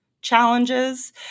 challenges